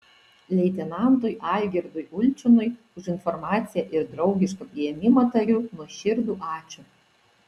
leitenantui algirdui ulčinui už informaciją ir draugišką priėmimą tariu nuoširdų ačiū